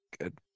good